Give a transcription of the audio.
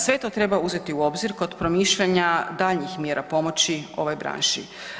Sve to treba uzeti u obzir kod promišljanja daljnjih mjera pomoći ovoj branši.